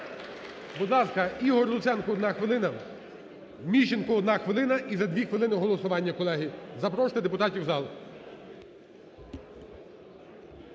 Будь ласка, Ігор Луценко, одна хвилина. Міщенко, одна хвилина. І за дві хвилини голосування, колеги. Запрошуйте депутатів в зал.